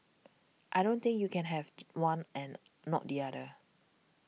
I don't think you can have one and not the other